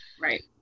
Right